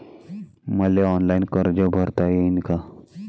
मले ऑनलाईन कर्ज भरता येईन का?